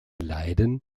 leiden